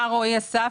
מר רועי אסף,